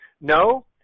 No